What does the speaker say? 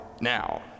now